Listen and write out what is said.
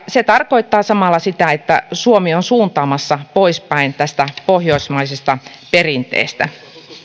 se tarkoittaa samalla sitä että suomi on suuntaamassa poispäin tästä pohjoismaisesta perinteestä